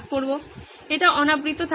এটি অনাবৃত থাকবে